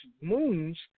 moons